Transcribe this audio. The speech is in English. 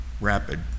rapid